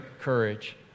courage